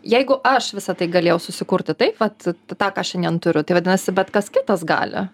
jeigu aš visa tai galėjau susikurti taip vat tą ką šiandien turiu tai vadinasi bet kas kitas gali